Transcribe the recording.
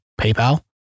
PayPal